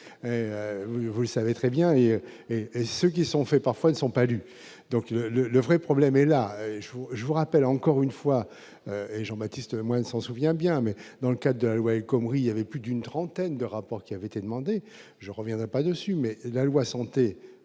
vous le savez très bien, et, et ceux qui sont faits, parfois, ne sont pas élus, donc le le vrai problème est là je vous, je vous rappelle, encore une fois, et Jean-Baptiste moins s'en souvient bien mais dans le cas de la loi El-Khomri y avait plus d'une trentaine de rapports qui avait été demandé, je reviendrai pas dessus, mais c'est la loi santé,